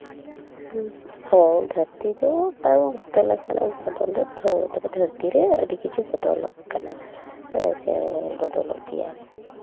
ᱦᱮᱸ ᱫᱷᱟᱹᱨᱛᱤ ᱫᱚ ᱵᱟᱝ ᱵᱚᱫᱚᱞ ᱟᱠᱱᱟ ᱵᱚᱫᱚᱞ ᱫᱚ ᱛᱚᱵᱮ ᱦᱮᱸ ᱫᱷᱟᱹᱨᱛᱤ ᱨᱮ ᱟᱹᱰᱤ ᱠᱤᱪᱷᱩ ᱵᱚᱫᱚᱞ ᱠᱟᱱᱟ ᱦᱮᱸ ᱥᱮ ᱵᱚᱫᱚᱞᱚᱜ ᱜᱮᱭᱟ